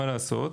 מה לעשות,